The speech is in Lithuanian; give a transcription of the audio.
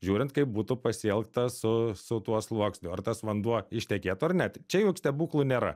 žiūrint kaip būtų pasielgta su su tuo sluoksniu ar tas vanduo ištekėtų ar ne čia juk stebuklų nėra